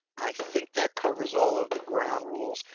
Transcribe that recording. i think that covers all of the ground rules,